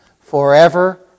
forever